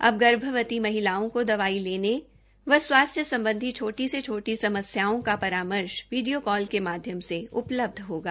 अब गर्भवती महिलाओं को दवाई लेने व स्वास्थ्य संबंधी छोटी से छोटी समस्या का परामर्श वीडियों कॉल के माध्यम से उपलब्ध होगा